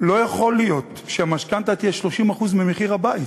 לא יכול להיות שהמשכנתה תהיה 30% ממחיר הבית.